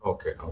Okay